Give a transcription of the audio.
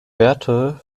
werte